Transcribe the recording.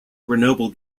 grenoble